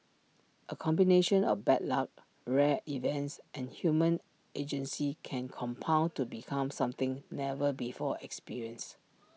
A combination of bad luck rare events and human agency can compound to become something never before experienced